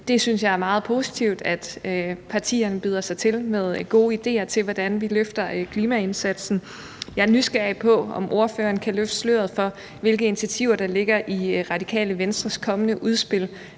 Jeg synes, det er meget positivt, at partierne byder sig til med gode idéer til, hvordan vi løfter klimaindsatsen. Jeg er nysgerrig på, om ordføreren kan løfte sløret for, hvilke initiativer der ligger i Radikale Venstres kommende udspil